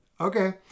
Okay